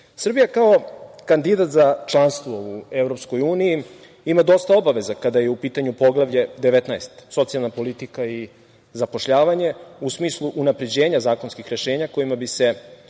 kao kandidat za članstvo u EU ima dosta obaveza, kada je u pitanju Poglavlje 19 – socijalna politika i zapošljavanje, a u smislu unapređenja zakonskih rešenja kojima bi se